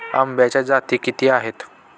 आंब्याच्या जाती किती आहेत?